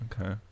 Okay